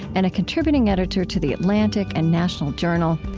and a contributing editor to the atlantic and national journal.